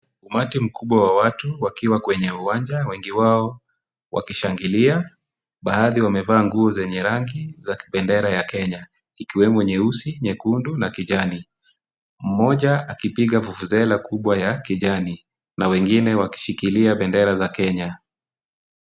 Umati mkubwa wa watu wakiwa kwenye uwanja, wengi wao wakishangilia. Baadhi wamevaa nguo zenye rangi za kibendera ya Kenya ikiwemo nyeusi, nyekundu na kijani, mmoja akipiga vuvuzela kubwa ya kijani na wengine wakishikilia bendera.